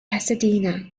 pasadena